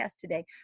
today